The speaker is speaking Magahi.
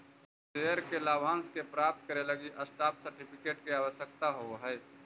शेयर के लाभांश के प्राप्त करे लगी स्टॉप सर्टिफिकेट के आवश्यकता होवऽ हइ